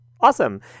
awesome